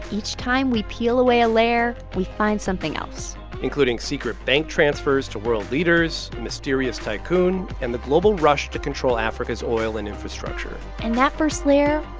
each time we peel away a layer, we find something else including secret bank transfers to world leaders, a mysterious tycoon and the global rush to control africa's oil and infrastructure and that first layer,